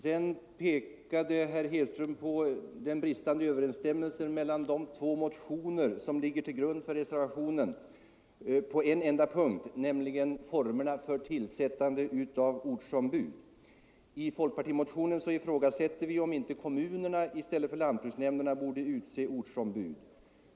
Dessutom pekade herr Hedström på den bristande överensstämmelsen mellan de två motioner som ligger till grund för reservationen på en punkt, nämligen formerna för tillsättande av ortsombud. I folkpartimotionen ifrågasätter vi om inte kommunerna i stället för lantbruksnämnderna borde utse ortsombud.